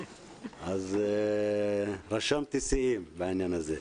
אז רשמתי שיאים בעניין הזה.